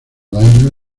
daños